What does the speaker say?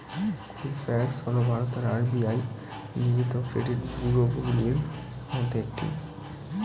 Equifax হল ভারতের RBI নিবন্ধিত ক্রেডিট ব্যুরোগুলির মধ্যে একটি